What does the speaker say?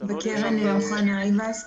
באים אנשי משרד האוצר ומספרים בישיבת